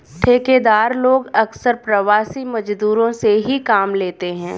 ठेकेदार लोग अक्सर प्रवासी मजदूरों से ही काम लेते हैं